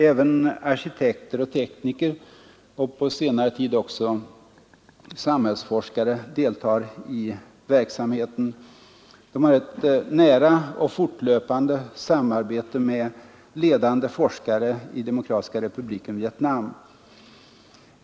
Även arkitekter och tekniker och på senare tid också samhällsforskare deltar i verksamheten. De har ett nära och fortlöpande samarbete med ledande forskare i Demokratiska republiken Vietnam.